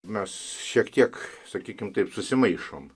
mes šiek tiek sakykim taip susimaišom